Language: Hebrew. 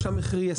או שהמחיר יעלה.